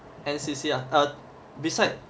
N_C_C ah err beside